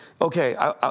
okay